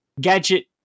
gadget